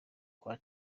kwa